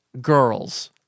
Girls